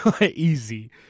Easy